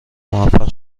موفق